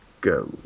go